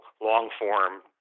long-form